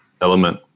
element